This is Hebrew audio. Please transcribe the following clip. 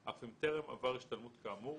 אף אם טרם עבר השתלמות כאמור,